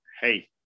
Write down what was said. hey